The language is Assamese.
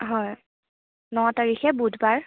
হয় ন তাৰিখে বুধবাৰ